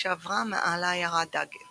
כשעברה מעל העיירה דאגט